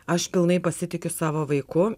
aš pilnai pasitikiu savo vaiku